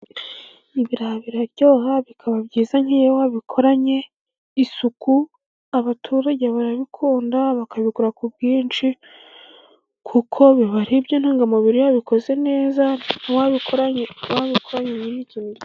Ibirayi biraryoha, bikaba byiza nk'iyobikoranye isuku, abaturage barabikunda, bakabigura ku bwinshi, kuko biba ari ibyo ntungamubiri iyobiteguye neza.